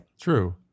true